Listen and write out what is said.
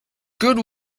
good